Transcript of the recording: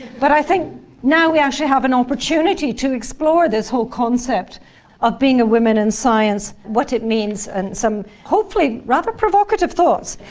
but i think now we actually have an opportunity to explore this whole concept of being a woman in science, what it means, and some hopefully rather provocative thoughts.